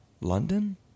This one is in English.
London